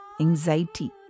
anxiety